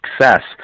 success